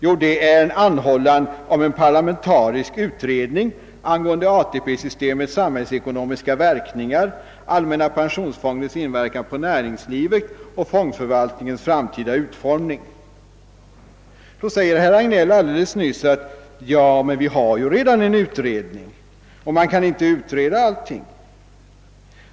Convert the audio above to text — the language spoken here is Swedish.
Jo, en anhållan om en parlamentarisk utredning angående ATP-systemets samhällsekonomiska verkningar, allmänna pensionsfondens inverkan på näringslivet och fondförvaltningens framtida utformning. Herr Hagnell sade alldeles nyss att det ju redan pågår en utredning och att man inte kan utreda allting.